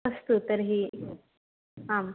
अस्तु तर्हि आम्